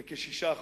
זה כ-6%.